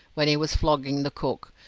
when he was flogging the cook,